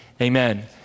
Amen